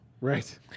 Right